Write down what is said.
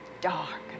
dark